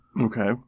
Okay